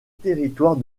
territoire